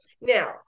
Now